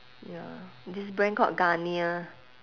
ya this brand called garnier